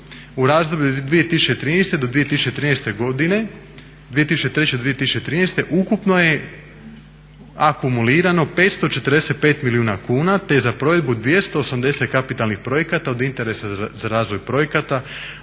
u razdoblju 2003-2013 godine ukupno je akumulirano 545 milijuna kuna te je za provedbu 280 kapitalnih projekata od interesa za razvoj projekata